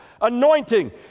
Anointing